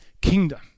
kingdom